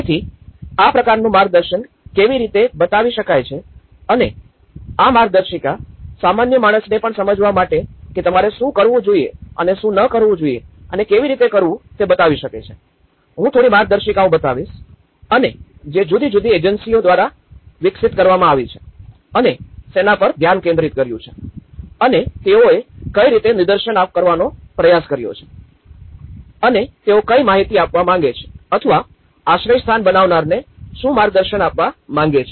તેથી આ પ્રકારનું માર્ગદર્શન કેવી રીતે બતાવી શકાય છે અને આ માર્ગદર્શિકા સામાન્ય માણસને પણ સમજવા માટે કે તમારે શું કરવું જોઈએ અને શું ન કરવું જોઈએ અને કેવી રીતે કરવું તે બતાવી શકે છે હું થોડી માર્ગદર્શિકાઓ બતાવીશ કે જે જુદી જુદી એજન્સીઓ દ્વારા વિકસિત કરવામાં આવી છે અને સેના પર ધ્યાન કેન્દ્રિત કર્યું છે અને તેઓએ કઈ રીતે નિદર્શન કરવાનો પ્રયાસ કર્યો છે અને તેઓ કઈ માહિતી આપવા માંગે છે અથવા આશ્રયસ્થાન બનાવનારને શું માર્ગદર્શન આપવા માંગે છે